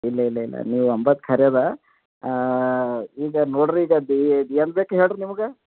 ಇಲ್ಲ ಇಲ್ಲ ಇಲ್ಲ ನೀವು ಅಂಬದ್ ಖರೆ ಅದ ಈಗ ನೋಡ್ರಿ ಈಗ ಅದು ಏನು ಬೇಕ್ರಿ ಹೇಳ್ರಿ ನಿಮ್ಗೆ